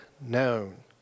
known